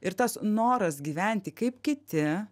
ir tas noras gyventi kaip kiti